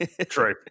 true